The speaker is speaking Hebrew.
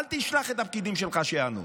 אל תשלח את הפקידים שלך שיענו.